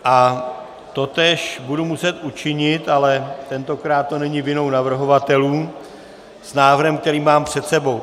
A totéž budu muset učinit, ale tentokrát to není vinou navrhovatelů, s návrhem, který mám před sebou.